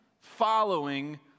following